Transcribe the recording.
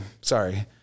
Sorry